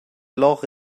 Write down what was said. loch